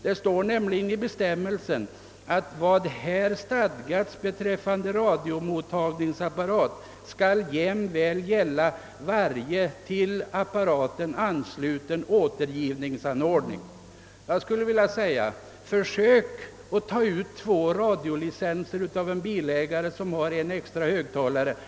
Det står nämligen i bestämmelsen att vad här »stadgas beträffande radiomottagningsapparat skall jämväl gälla varje till apparaten ansluten återgivningsanordning». Försök att ta ut två radiolicenser av bilägare som har en extra högtalare i bilen!